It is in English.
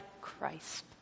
Christ